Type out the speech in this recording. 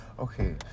Okay